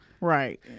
right